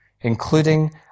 including